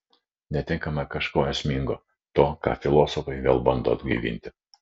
netenkame kažko esmingo to ką filosofai vėl bando atgaivinti